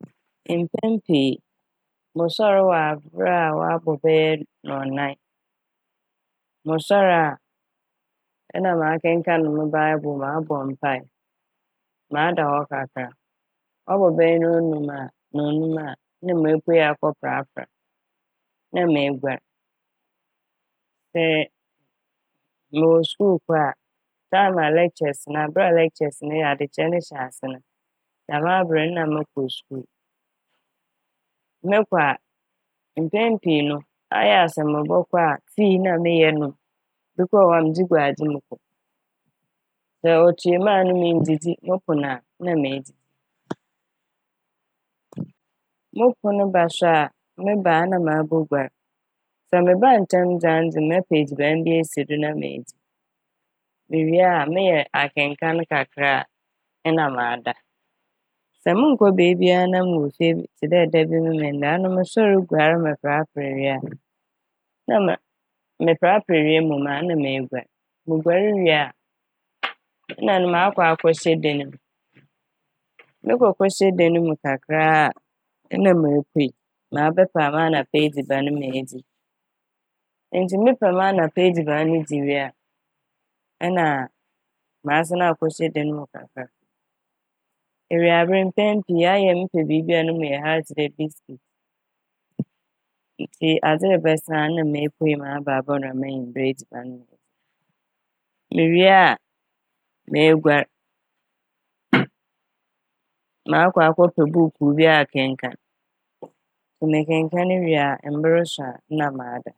Mpɛn pii mosoɛr wɔ aber a wɔabɔ bɛyɛ nɔ- nɔnan. Mosoɛr a nna makenkaan me "Bible" mabɔ mpae, mada hɔ kakra a. Wɔbɔ bɛyɛ nonum a nonum a na mepuei akɔprapra a na meguar. Sɛ mowɔ skuul kɔ a "time" a "lectures" aber a "lectures" adekyerɛ ne hyɛ ase no dɛm aber no na mokɔ skuul. Mokɔ a mpɛn pii no ayɛ a sɛ mobɔkɔ a tsii na meyɛ nom bi koraa wɔ hɔ a medze gu adze m'. Sɛ otua mu a ano minndzidzi mopon a na medzidzi. Mopon ba so a meba a na maboguar. Sɛ mebaa ntsɛm dze a ano mɛpɛ edziban bi esi do na medzi, mewie a meyɛ akenkaan kakra a nna mada. Sɛ monnkɔ beebia na mowɔ fie b- tse dɛ da bi Memenda a ano mosoɛr guar meprapra wie a na ma meprapra wie mom a na meguar. Moguar wie a na ɛno makɔ akɛhyɛ dan ne m'. Mekɔ kɔhyɛ dan ne mu kakra a nna mepuei mabɛpɛ m'anapa edziban medzi. Ntsi mepɛ m'anapa edziban n' dzi wie a nna a masan akɔhyɛ dan ne mu kakra a. Ewiaber mpɛn pii ayɛ a mepbiibi a ne mu yɛ har tse dɛ "biscuit" ntsi adze rebɛsa a na mepuei maba abɔnoa m'ewimber edziban medzi. Mewie a meguar makɔ akɔpɛ buukuu bi akenkaan sɛ mekenkaan wie a mber so a na mada.